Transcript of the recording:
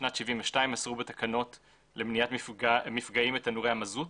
בשנת 1972 אסרו בתקנות למניעת מפגעים את תנורי המזוט